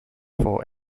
for